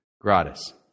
Gratis